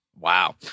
Wow